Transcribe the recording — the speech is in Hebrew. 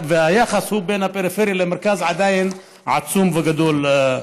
והיחס בין הפריפריה למרכז עדיין עצום וגדול,